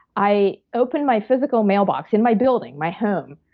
i opened my physical mailbox in my building, my home,